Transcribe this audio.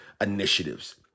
initiatives